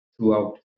throughout